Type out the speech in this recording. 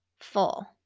full